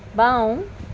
বাঁও